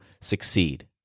succeed